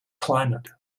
climate